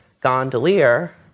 gondolier